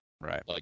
Right